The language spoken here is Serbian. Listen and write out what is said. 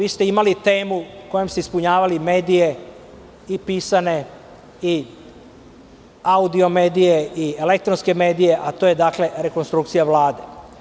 Imali ste temu kojom ste ispunjavali medije i pisane i audio-medije i elektronske medije, a to je rekonstrukcija Vlade.